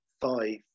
five